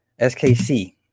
SKC